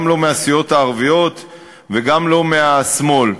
גם לא מהסיעות הערביות וגם לא מהשמאל.